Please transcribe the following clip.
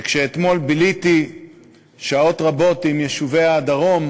כשאתמול ביליתי שעות רבות עם תושבי הדרום,